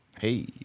Hey